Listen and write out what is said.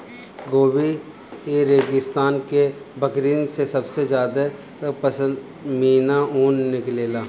Gobi रेगिस्तान के बकरिन से सबसे ज्यादा पश्मीना ऊन निकलेला